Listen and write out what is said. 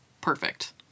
perfect